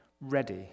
ready